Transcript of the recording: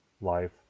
life